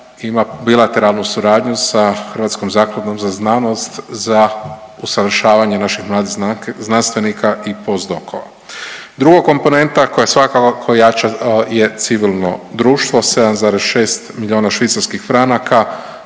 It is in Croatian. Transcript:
ima bilateralnu suradnju sa Hrvatskom zakladom za znanost za usavršavanje naših mladih znanstvenika i postdokova. Druga komponenta koja svakako jača je civilno društvo, 7,6 milijuna švicarskih franaka